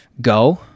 go